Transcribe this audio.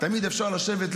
תמיד אפשר לשבת,